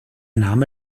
name